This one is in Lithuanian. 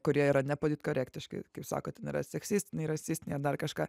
kurie yra ne politkorektiški kaip sako ten yra seksistiniai rasistiniai dar kažką